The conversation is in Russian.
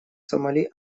сомали